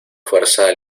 fuerza